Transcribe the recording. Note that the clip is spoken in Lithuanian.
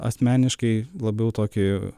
asmeniškai labiau tokį